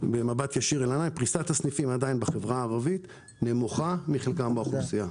פריסת הסניפים בחברה הערבית נמוכה מחלקם באוכלוסייה,